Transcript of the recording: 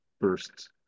first